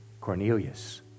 Cornelius